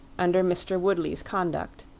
under mr. woodley's conduct,